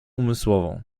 umysłową